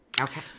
Okay